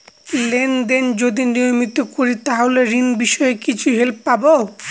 Lane দেন যদি নিয়মিত করি তাহলে ঋণ বিষয়ে কিছু হেল্প পাবো?